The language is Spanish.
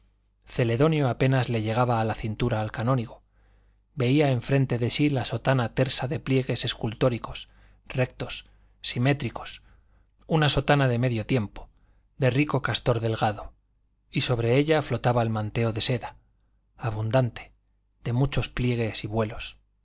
celedonio apenas le llegaba a la cintura al canónigo veía enfrente de sí la sotana tersa de pliegues escultóricos rectos simétricos una sotana de medio tiempo de rico castor delgado y sobre ella flotaba el manteo de seda abundante de muchos pliegues y vuelos